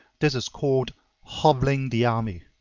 this is called hobbling the army.